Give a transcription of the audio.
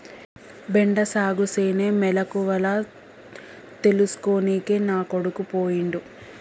బెండ సాగుసేనే మెలకువల తెల్సుకోనికే నా కొడుకు పోయిండు